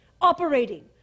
operating